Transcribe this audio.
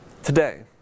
today